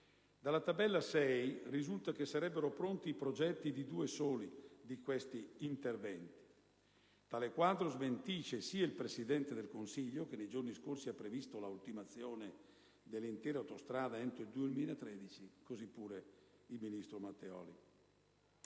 dalla tabella 6 risulta che sarebbero pronti i progetti di due soli di questi interventi. Tale quadro smentisce sia il Presidente del Consiglio, che nei giorni scorsi ha previsto l'ultimazione dell'intera autostrada entro il 2013, che il ministro Matteoli.